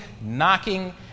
knocking